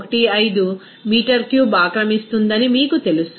415 metre cube ఆక్రమిస్తుందని మీకు తెలుసు